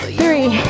three